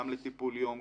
גם לטיפול יום,